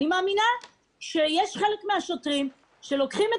אני מאמינה שחלק מהשוטרים לוקחים את